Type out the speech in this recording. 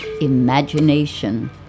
imagination